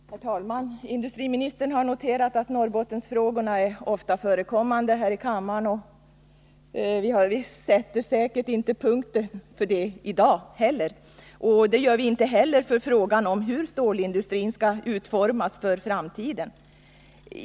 Herr talman! Industriministern har noterat att Norrbottensfrågorna är ofta förekommande här i kammaren, och vi sätter säkerligen inte punkt för detta i dag. Vi sätter inte heller punkt för frågan hur stålindustrin skall utformas för framtiden.